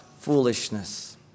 Foolishness